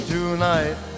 Tonight